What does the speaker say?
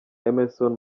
emmerson